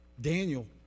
Daniel